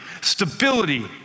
stability